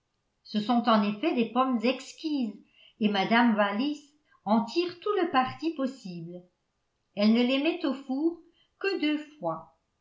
ce sont en effet des pommes exquises et mme wallis en tire tout le parti possible elle ne les met au four que deux fois